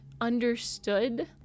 understood